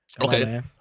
Okay